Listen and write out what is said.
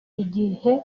igihe